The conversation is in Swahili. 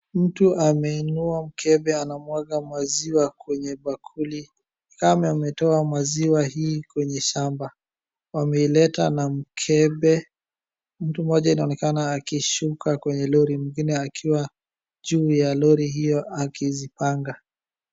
Mtu ameinua mkembe anamwaga maziwa kwenye bakuli. Ni kama ametoa maziwa hii kwenye shamba wameileta na mkebe. Mtu mmoja inaonekana akishuka kwenye lori mwingine akiwa juu ya lori hiyo akizipanga.